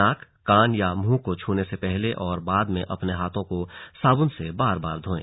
नाक कान या मुंह को छूने से पहले और बाद में अपने हाथों को साबून से बार बार धोए